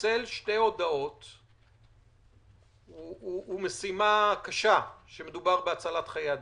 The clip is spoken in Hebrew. לפצל שתי הודעות היא משימה קשה כשמדובר בהצלת חיי אדם.